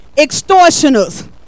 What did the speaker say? extortioners